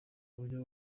uburyo